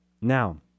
Now